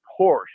Porsche